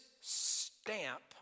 stamp